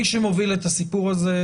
מי שמוביל את הסיפור הזה,